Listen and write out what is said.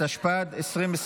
התשפ"ד 2024,